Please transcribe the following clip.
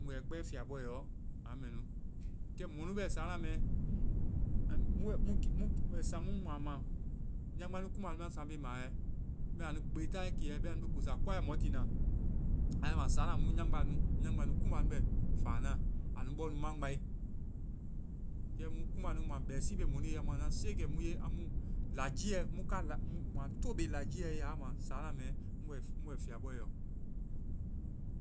Mu bɛ wɛ kpɛ fiabɔɛɔ, a mɛ nu. Kɛ mɔnu bɛ sáana mɛ, mu-mu-mu bɛ-saŋ mu mua ma, nyaŋgba nu kumba ma saŋ bii ma wɛ. Bɛma a nu kpe taayɛ kiiɛ. A nu ma kosa koai ya mɔ tiina. a wai ma sáana, mu nyaŋgba nu-nyaŋgba nu kumba nu bɛ faa na. Anu bɔ nu mangbae. Kɛ mu kumba nu mua bɛsii be mɔnu ye amu anua siikɛ mu ye. Amu lagiiɛ-ŋ ka-mua to be lagiiɛ ye. A wa ma sáana mɛ mu-mu-mu bɛ fiabɔɛ yɔ.